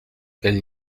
quel